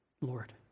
lord